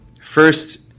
First